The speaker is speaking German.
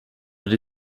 die